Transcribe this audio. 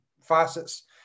facets